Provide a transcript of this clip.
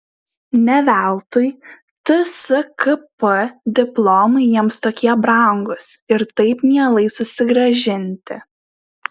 ne veltui tskp diplomai jiems tokie brangūs ir taip mielai susigrąžinti